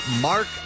Mark